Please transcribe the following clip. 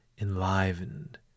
enlivened